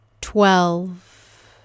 twelve